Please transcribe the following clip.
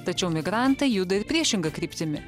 tačiau migrantai juda ir priešinga kryptimi